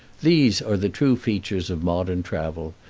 these are the true features of modern travel,